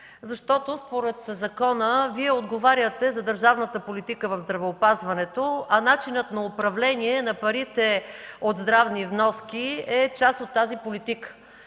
защото според закона Вие отговаряте за държавната политика в здравеопазването, а начинът на управление на парите от здравни вноски е част от тази политика!